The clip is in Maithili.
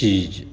चीज